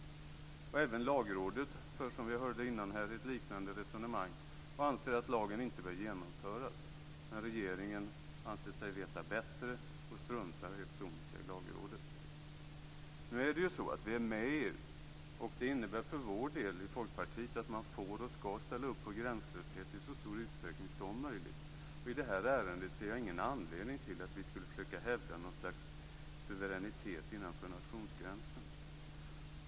Även Lagrådet för, som vi tidigare hörde här, ett liknande resonemang och anser att lagen inte bör genomföras. Men regeringen anser sig veta bättre och struntar helt sonika i Lagrådet. Nu är det ju så att vi är med i EU. Det innebär för Folkpartiets del att man i så stor utsträckning som möjligt får, och skall, ställa upp på gränslöshet. I det här ärendet ser jag ingen anledning till att vi skulle försöka hävda ett slags suveränitet innanför nationsgränsen.